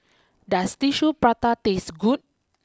does Tissue Prata taste good